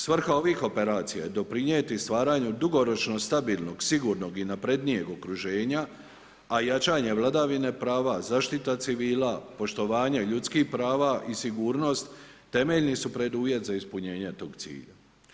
Svrha ovih operacija je doprinijeti stvaranju dugoročno stabilnog, sigurnog i naprednijeg okruženja, a i jačanja vladavine prava, zaštita civila, poštovanje ljudskih prava i sigurnost temeljni su preduvjet za ispunjenje tog cilja.